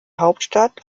hauptstadt